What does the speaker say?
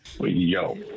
Yo